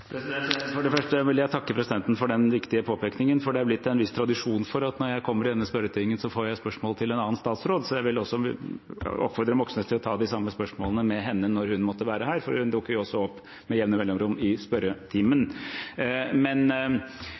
er blitt en viss tradisjon for at når jeg kommer i denne spørretimen, får jeg spørsmål til en annen statsråd. Jeg vil oppfordre Moxnes til å ta de samme spørsmålene med olje- og energiministeren når hun måtte være her, for hun dukker jo også opp med jevne mellomrom i spørretimen.